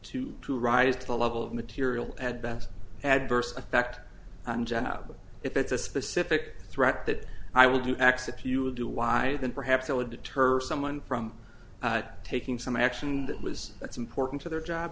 to to rise to the level of material had best adverse effect on job if it's a specific threat that i would you accept you would do why then perhaps it would deter someone from taking some action that was that's important to their job